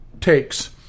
takes